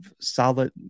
solid